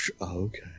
okay